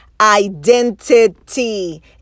identity